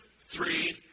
three